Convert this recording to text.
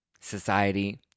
society